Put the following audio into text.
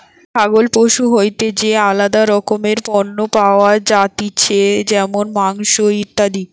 ছাগল পশু হইতে যে আলাদা রকমের পণ্য পাওয়া যাতিছে যেমন মাংস, ইত্যাদি